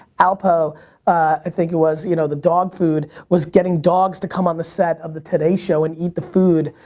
alpo i think it was, you know, the dog food was getting dogs to come on the set of the the today show and eat the food.